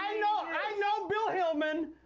i know bill hillman.